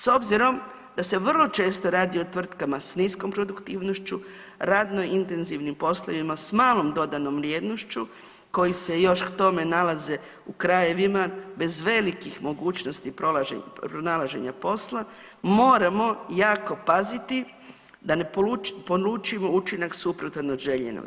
S obzirom da se vrlo često radi o tvrtkama s niskom produktivnošću, radno intenzivnim poslovima s malom dodanom vrijednošću koji se još k tome nalaze u krajevima bez velikih mogućnosti pronalaženja posla moramo jako paziti da ne polučimo učinak suprotan od željenog.